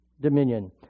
dominion